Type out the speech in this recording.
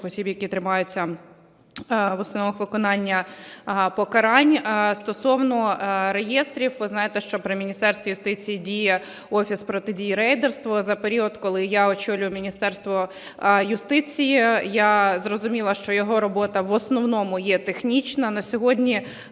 осіб, які тримаються в установах виконання покарань. Стосовно реєстрів. Ви знаєте, що при Міністерстві юстиції діє Офіс протидії рейдерству. За період, коли я очолюю Міністерство юстиції, я зрозуміла, що його робота в основному є технічна. На сьогодні